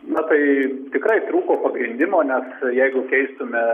na tai tikrai trūko pagrindimo nes jeigu keistume